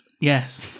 Yes